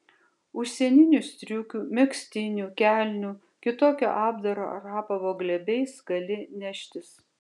užsieninių striukių megztinių kelnių kitokio apdaro ar apavo glėbiais gali neštis